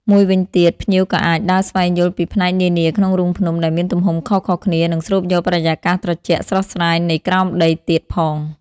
មួយវិញទៀត ភ្ញៀវក៏អាចដើរស្វែងយល់ពីផ្នែកនានាក្នុងរូងភ្នំដែលមានទំហំខុសៗគ្នានិងស្រូបយកបរិយាកាសត្រជាក់ស្រស់ស្រាយនៃក្រោមដីទៀតផង។